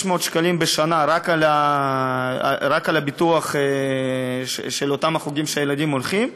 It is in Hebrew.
600 שקלים בשנה רק על הביטוח של אותם החוגים שהילדים הולכים אליהם,